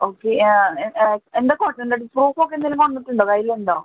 okay എന്താ consent I D proof ഒക്കെ എന്തെങ്കിലും കൊണ്ടുവന്നിട്ട് ഉണ്ടോ കയ്യിൽ ഉണ്ടോ